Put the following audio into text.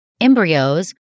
embryos